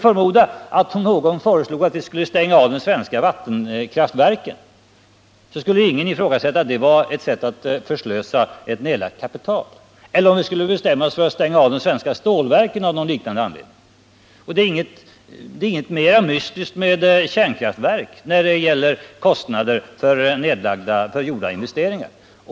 Om någon föreslog att vi skulle stänga av de svenska vattenkraftverken, skulle ingen förneka att det var ett sätt att förslösa det nedlagda kapitalet — eller om vi skulle stänga av de svenska stålverken av någon liknande anledning. Det är inte något mer mystiskt med ett kärnkraftverk när det gäller kostnaderna för gjorda investeringar.